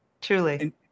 truly